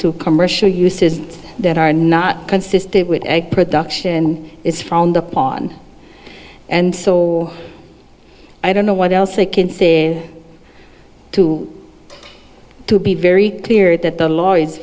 to commercial uses that are not consistent with egg production is frowned upon and so i don't know what else they can say to to be very clear that the law i